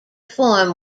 form